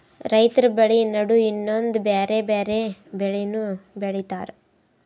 ರೈತರ್ ಬೆಳಿ ನಡು ಇನ್ನೊಂದ್ ಬ್ಯಾರೆ ಬ್ಯಾರೆ ಬೆಳಿನೂ ಬೆಳಿತಾರ್